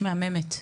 מהממת.